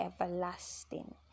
everlasting